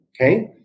okay